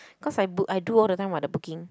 cause I book I do all the time [what] the booking